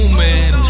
man